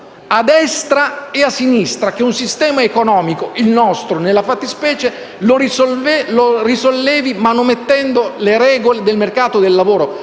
a destra e a sinistra, che un sistema economico, il nostro, nella fattispecie, si risolleva manomettendo le regole del mercato del lavoro?